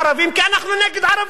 כי אנחנו נגד ערבים.